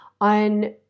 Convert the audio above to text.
On